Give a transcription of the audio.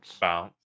Bounce